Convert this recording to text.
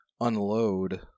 unload